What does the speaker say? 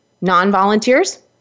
Non-volunteers